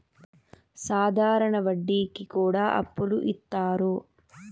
సాధారణ వడ్డీ కి కూడా అప్పులు ఇత్తారు